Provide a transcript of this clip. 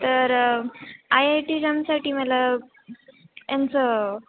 तर I I T एजॅमसाठी मला यांचं